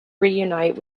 reunite